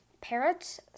parrot